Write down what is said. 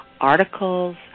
articles